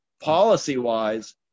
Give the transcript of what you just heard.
Policy-wise